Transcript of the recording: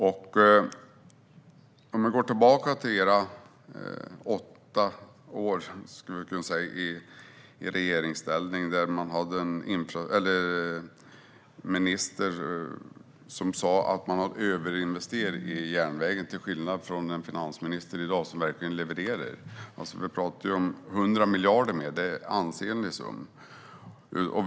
Låt oss gå tillbaka till era åtta år i regeringsställning med en minister som sa att man hade överinvesterat i järnvägen och jämföra med den finansminister vi har i dag, som till skillnad från den tidigare verkligen levererar. Vi talar om 100 miljarder mer; det är en ansenlig summa.